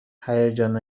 هیجان